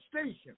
station